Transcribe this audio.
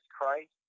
Christ